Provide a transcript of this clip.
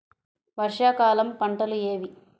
వర్షాకాలం పంటలు ఏవి?